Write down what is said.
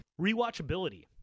Rewatchability